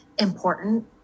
important